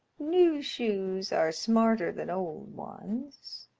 new shoes are smarter than old ones,